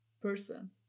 person